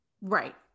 Right